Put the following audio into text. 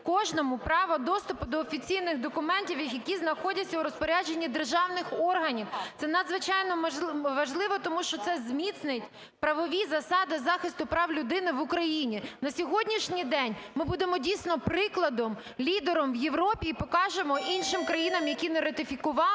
кожному право доступу до офіційних документів, які знаходяться у розпорядженні державних органів. Це надзвичайно важливо, тому що це зміцнить правові засади захисту прав людини в Україні. На сьогоднішній день ми будемо, дійсно, прикладом, лідером в Європі і покажемо іншим країнам, які не ратифікували